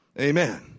Amen